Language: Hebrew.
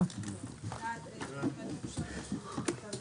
הישיבה ננעלה בשעה 14:45.